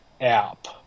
app